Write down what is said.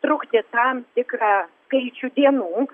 trukti tam tikrą skaičių dienų